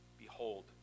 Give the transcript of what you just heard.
Behold